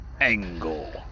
Angle